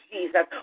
Jesus